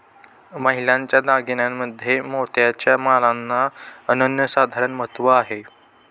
महिलांच्या दागिन्यांमध्ये मोत्याच्या माळांना अनन्यसाधारण महत्त्व आहे